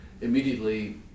immediately